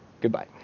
Goodbye